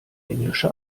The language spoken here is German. englische